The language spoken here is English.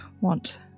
want